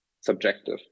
subjective